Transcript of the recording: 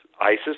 ISIS